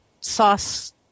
sauce